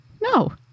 No